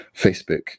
Facebook